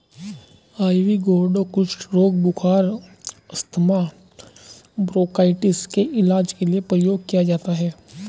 ivy gourd कुष्ठ रोग, बुखार, अस्थमा, ब्रोंकाइटिस के इलाज के लिए प्रयोग किया जाता है